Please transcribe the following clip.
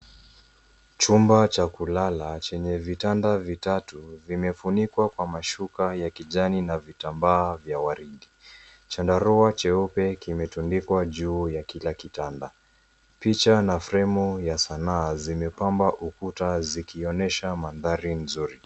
Chumba cha kulala chenye vitanda vitatu vimefunikwa kwa mashuka ya kijani na vitambaa vya waridi. Chandarua cheupe kimetundikwa juu ya kila kitanda. Picha na fremu ya sanaa zimepamba ukuta zikionyesha mandhari nzuri.